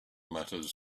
matters